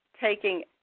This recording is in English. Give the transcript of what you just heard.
taking